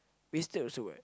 wasted also what